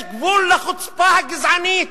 יש גבול לחוצפה הגזענית.